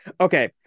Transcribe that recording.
Okay